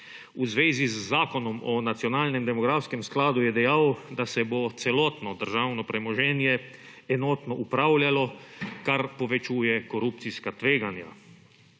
V zvezi z Zakonom o nacionalnem demografskem skladu je dejal, da se bo celotno državno premoženje enotno upravljalo, kar povečuje korupcijska tveganja.